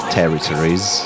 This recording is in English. territories